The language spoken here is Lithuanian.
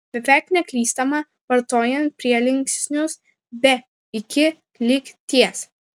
beveik neklystama vartojant prielinksnius be iki lig ties